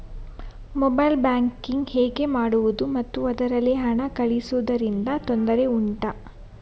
mobile banking ಹೇಗೆ ಮಾಡುವುದು ಮತ್ತು ಅದರಲ್ಲಿ ಹಣ ಕಳುಹಿಸೂದರಿಂದ ತೊಂದರೆ ಉಂಟಾ